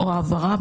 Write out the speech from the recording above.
או העברה,